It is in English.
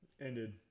ended